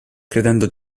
credendo